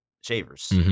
Shavers